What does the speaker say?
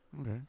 Okay